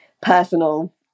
personal